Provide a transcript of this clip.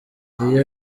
iyo